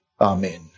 Amen